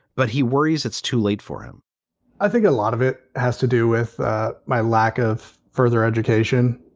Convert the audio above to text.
but he worries it's too late for him i think a lot of it has to do with my lack of further education.